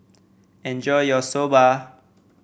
enjoy your Soba